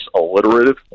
alliterative